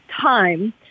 time